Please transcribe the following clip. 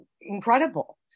incredible